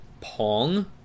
Pong